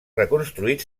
reconstruït